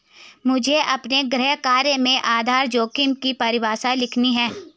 मुझे अपने गृह कार्य में आधार जोखिम की परिभाषा लिखनी है